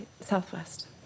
southwest